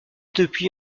depuis